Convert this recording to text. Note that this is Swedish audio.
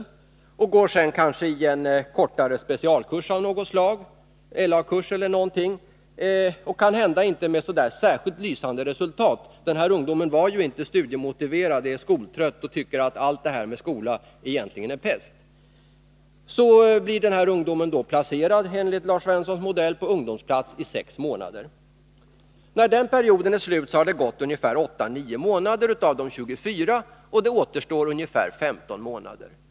Han eller hon går sedan kanske i en kortare specialkurs av något slag, LA-kurs eller liknande, kanhända inte med särskilt lysande resultat — den här ungdomen var ju inte studiemotiverad utan skoltrött och tycker att det här med skola egentligen är pest. Så blir den här ungdomen då placerad enligt Lars Svenssons modell på ungdomsplats i sex månader. När den perioden är slut, har det gått 8-9 månader av de 24 och det återstår ungefär 15 månader.